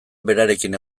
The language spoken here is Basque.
berarekin